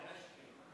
זה אשקלון.